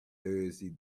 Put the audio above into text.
thursday